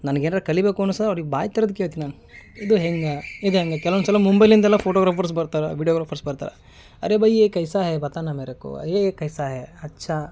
ನನ್ಗ ಏನಾರ ಕಲಿಯಬೇಕು ಅನಿಸ್ತಂದ್ರ ಅವ್ರಿಗೆ ಬಾಯಿ ತೆರೆದು ಕೇಳ್ತೀನಿ ನಾನು ಇದು ಹೆಂಗೆ ಇದು ಹೆಂಗೆ ಕೆಲವೊಂದ್ಸಲ ಮುಂಬೈಲಿಂದೆಲ್ಲ ಫೋಟೋಗ್ರಾಫರ್ಸ್ ಬರ್ತಾರ ವೀಡಿಯೋಗ್ರಾಫರ್ಸ್ ಬರ್ತರ ಅರೆ ಬಾಯಿ ಏ ಕೈಸಾಹೇ ಬತನ ಮೆರೆಕೊ ಎ ಕೈಸಾ ಹೆ ಅಚ್ಚಾ